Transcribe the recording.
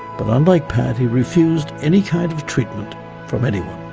but unlike pat, he refused any kind of treatment from anyone.